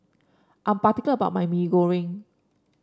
I'm particular about my Mee Goreng